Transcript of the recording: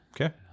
okay